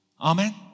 Amen